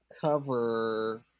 cover